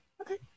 Okay